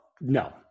No